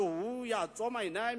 שהוא יעצום עיניים,